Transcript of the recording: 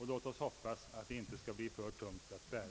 Låt oss hoppas att ansvaret inte skall bli alltför tungt att bära!